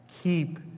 Keep